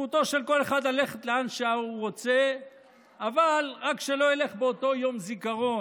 זכותו של כל אחד ללכת לאן שהוא רוצה אבל רק שלא ילך באותו יום זיכרון.